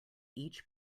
each